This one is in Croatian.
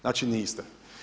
Znači niste.